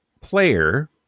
player